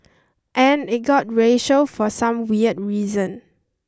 and it got racial for some weird reason